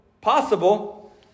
possible